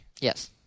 Yes